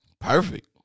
Perfect